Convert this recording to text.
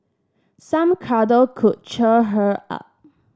some cuddle could cheer her up